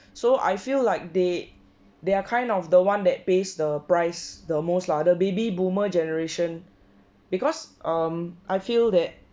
so I feel like they they are kind of the one that pays the price the most lah the baby boomer generation because um I feel that